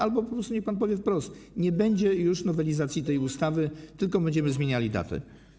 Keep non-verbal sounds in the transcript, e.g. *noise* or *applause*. Albo po prostu niech pan powie wprost: nie będzie *noise* już nowelizacji tej ustawy, tylko będziemy zmieniali datę.